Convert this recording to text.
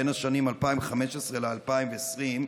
בין השנים 2015 ו-2020,